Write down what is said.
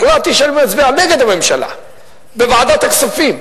החלטתי שאני מצביע נגד הממשלה בוועדת הכספים,